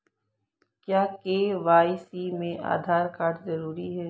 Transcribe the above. क्या के.वाई.सी में आधार कार्ड जरूरी है?